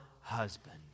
husband